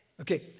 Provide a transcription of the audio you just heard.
okay